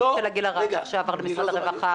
מה התקציב של הגיל הרך שעבר למשרד הרווחה?